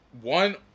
One